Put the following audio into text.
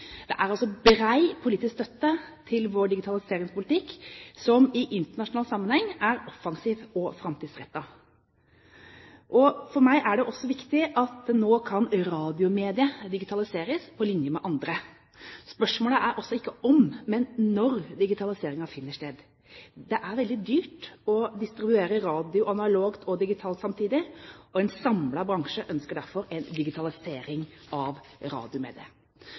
Det er altså bred politisk støtte til vår digitaliseringspolitikk, som i internasjonal sammenheng er offensiv og framtidsrettet. For meg er det også viktig at radiomediet nå kan digitaliseres på linje med andre. Spørsmålet er altså ikke om, men når digitaliseringen finner sted. Det er veldig dyrt å distribuere radio analogt og digitalt samtidig, og en samlet bransje ønsker derfor en digitalisering av radiomediet. Det eneste vilkåret vi vil stille, er avvikling av FM-nettet. Det